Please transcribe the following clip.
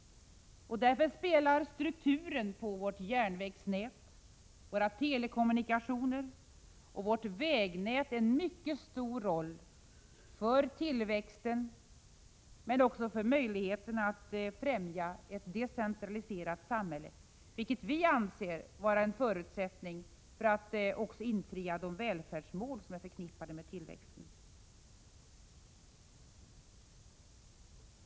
Därför spelar strukturen på vårt järnvägsnät, våra telekommunikationer och vårt vägnät en mycket stor roll för tillväxten men också för möjligheterna att främja ett decentraliserat samhälle, vilket vi anser vara en förutsättning för att även kunna uppnå de välfärdsmål som är förknippade med tillväxten.